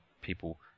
people